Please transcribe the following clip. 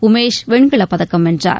உமேஷ் வெண்கலப் பதக்கம் வென்றார்